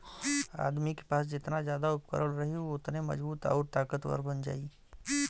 आदमी के पास जेतना जादा उपकरण रही उ ओतने मजबूत आउर ताकतवर बन जाई